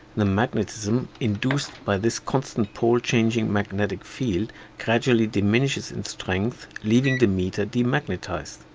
the magnetism induced by this constantly pole-changing magnetic field gradually diminishes in strength leaving the meter demagnetized.